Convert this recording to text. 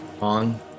on